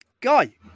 Guy